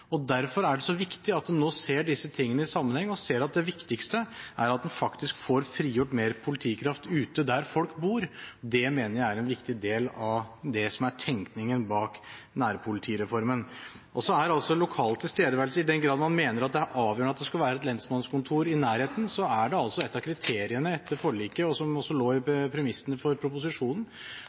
Derfor er det så viktig at man ser dette i sammenheng og ser at det viktigste er at man faktisk får frigjort mer politikraft ute, der folk bor. Det mener jeg er en viktig del av tenkningen bak nærpolitireformen. Så til lokal tilstedeværelse: I den grad man mener det er avgjørende at det skal være et lensmannskontor i nærheten, er at av kriteriene etter forliket, og som også lå i premissene for proposisjonen,